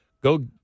Go